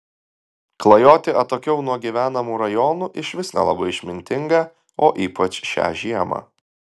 klajoti atokiau nuo gyvenamų rajonų išvis nelabai išmintinga o ypač šią žiemą